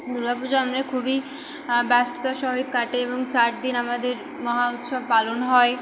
দুর্গা পুজো আমরা খুবই ব্যস্ততার সহিত কাটে এবং চার দিন আমাদের মহাউৎসব পালন হয়